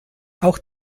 auch